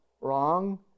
wrong